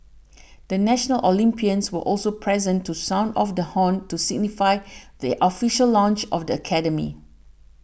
the national Olympians were also present to sound off the horn to signify the official launch of the academy